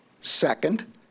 Second